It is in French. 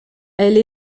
elle